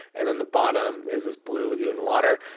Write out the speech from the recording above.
and then the bottom is this blue lagoon water.